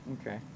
Okay